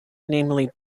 namely